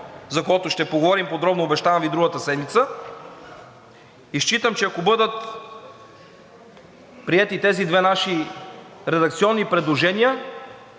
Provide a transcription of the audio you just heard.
за който ще поговорим подробно, обещавам Ви другата седмица. И считам, че ако бъдат приети тези две наши редакционни предложения,